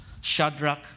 Shadrach